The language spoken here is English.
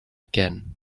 again